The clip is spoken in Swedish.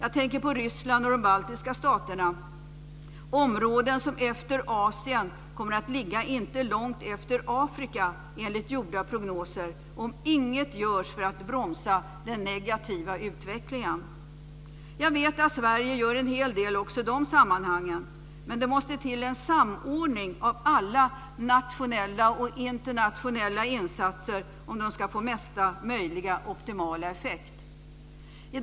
Jag tänker på Ryssland och de baltiska staterna. Det är områden som enligt prognoser, efter Asien, inte kommer att ligga långt efter Afrika, om inget görs för att bromsa den negativa utvecklingen. Jag vet att Sverige gör en hel del även i de sammanhangen. Men det måste till en samordning av alla nationella och internationella insatser om de ska få optimal effekt.